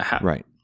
right